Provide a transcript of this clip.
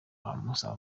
amusaba